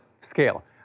scale